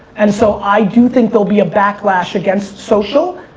and so i do think there'll be a backlash against social,